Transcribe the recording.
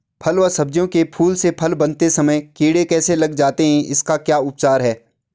फ़ल व सब्जियों के फूल से फल बनते समय कीड़े कैसे लग जाते हैं इसका क्या उपचार है?